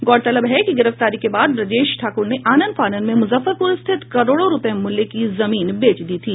गौरतलब है कि गिरफ्तारी के बाद ब्रजेश ठाकूर ने आनन फानन में मुजफ्फरपुर स्थित करोड़ों रुपये मूल्य की जमीन बेच दी थी